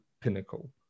pinnacle